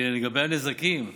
לגבי הנזקים,